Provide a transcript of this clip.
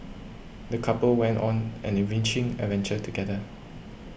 the couple went on an enriching adventure together